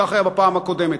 כך היה בפעם הקודמת.